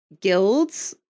guilds